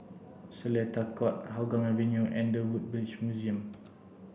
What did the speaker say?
Seletar Court Hougang Avenue and the Woodbridge Museum